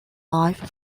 life